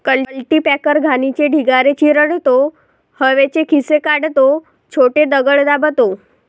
cultipacker घाणीचे ढिगारे चिरडतो, हवेचे खिसे काढतो, छोटे दगड दाबतो